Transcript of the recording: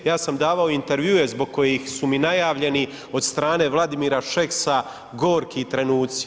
Ja sam davao intervjue zbog kojih su mi najavljeni od strane Vladimira Šeksa gorki trenuci.